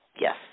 Yes